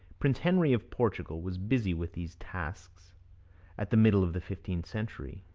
prince henry of portugal was busy with these tasks at the middle of the fifteenth century.